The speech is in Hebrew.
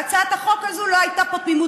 בהצעת החוק הזאת לא הייתה פה תמימות,